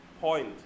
point